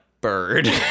bird